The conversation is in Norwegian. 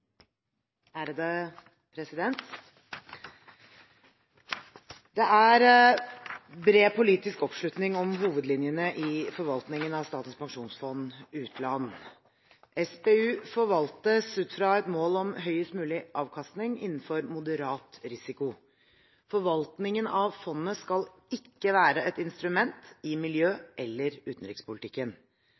bred politisk oppslutning om hovedlinjene i forvaltningen av Statens pensjonsfond utland. SPU forvaltes ut fra et mål om høyest mulig avkastning innenfor moderat risiko. Forvaltningen av fondet skal ikke være et instrument i miljø- eller utenrikspolitikken.